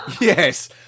Yes